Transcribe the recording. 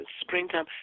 springtime